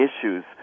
issues